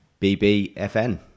BBFN